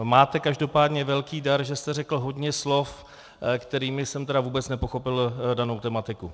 Máte každopádně velký dar, že jste řekl hodně slov, kterými jsem tedy vůbec nepochopil danou tematiku.